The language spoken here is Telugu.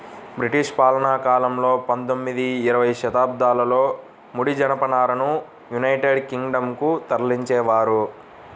బ్రిటిష్ పాలనాకాలంలో పందొమ్మిది, ఇరవై శతాబ్దాలలో ముడి జనపనారను యునైటెడ్ కింగ్ డం కు తరలించేవారు